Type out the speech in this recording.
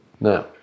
now